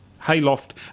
hayloft